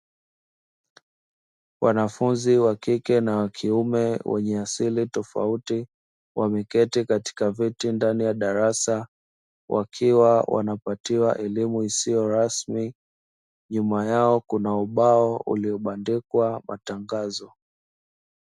Wanafunzi wa kike na wa kiume wenye asili tofauti wameketi katika viti ndani ya darasa wakiwa wanapatiwa elimu isiyo rasmi, nyuma yao kuna ubao uliobandikwa matangazo.